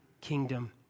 kingdom